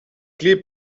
clés